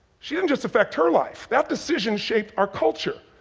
she didn't just affect her life, that decision shaped our culture.